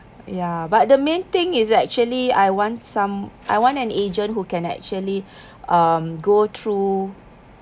ya but the main thing is actually I want some I want an agent who can actually um go through